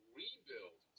rebuild